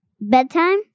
bedtime